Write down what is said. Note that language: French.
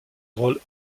rôle